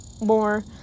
more